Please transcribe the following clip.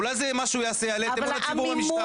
אולי זה יעשה משהו - יעלה את אמון הציבור במשטרה.